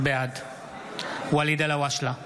בעד ואליד אלהואשלה,